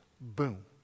Boom